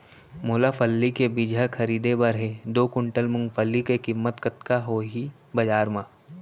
मोला फल्ली के बीजहा खरीदे बर हे दो कुंटल मूंगफली के किम्मत कतका होही बजार म?